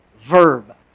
verb